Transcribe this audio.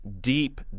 deep